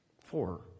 four